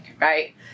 right